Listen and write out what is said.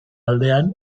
aldean